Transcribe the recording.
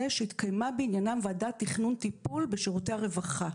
שהתקיימה בעניינם ועדת תכנון טיפול בשירותי הרווחה.